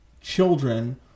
children